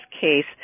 case